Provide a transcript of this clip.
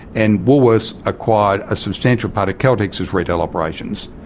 and woolworths acquired a substantial part of caltex's retail operations,